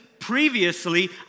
Previously